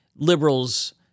Liberals